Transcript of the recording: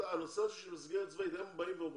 הנושא הזה של מסגרת צבאית, הם אומרים